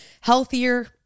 healthier